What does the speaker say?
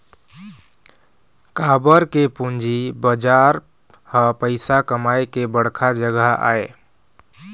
काबर के पूंजी बजार ह पइसा कमाए के बड़का जघा आय